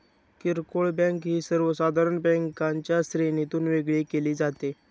किरकोळ बँक ही सर्वसाधारण बँकांच्या श्रेणीतून वेगळी केली जाते